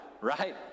right